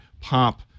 pop